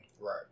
Right